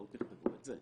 תכתבו את זה.